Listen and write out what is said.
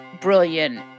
brilliant